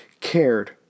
cared